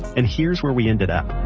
and here's where we ended up.